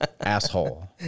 asshole